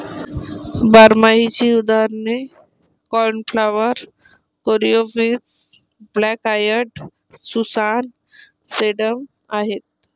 बारमाहीची उदाहरणे cornflower, coreopsis, black eyed Susan, sedum आहेत